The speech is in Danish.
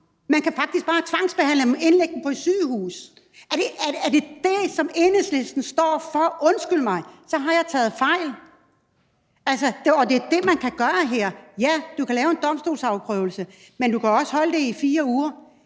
Man kan faktisk bare tvangsbehandle dem og indlægge dem på et sygehus. Er det det, som Enhedslisten står for? Undskyld mig, så har jeg taget fejl. Og det er det, man kan gøre her. Ja, du kan lave en domstolsafprøvning, men du kan også holde det i 4 uger.